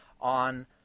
on